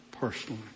Personally